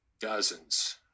dozens